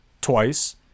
twice